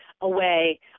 away